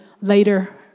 later